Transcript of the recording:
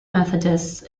methodists